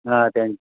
हां त्यां